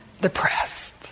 depressed